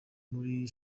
muri